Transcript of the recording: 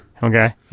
Okay